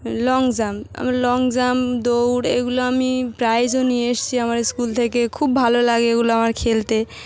long jump আমার long jump দৌড় এগুলো আমি প্রাইজও নিয়ে এসছি আমার স্কুল থেকে খুব ভালো লাগে এগুলো আমার খেলতে